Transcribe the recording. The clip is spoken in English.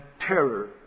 terror